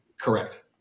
Correct